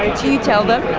ah do you tell them? yes,